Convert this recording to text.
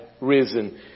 risen